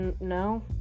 no